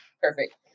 Perfect